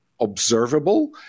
observable